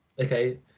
okay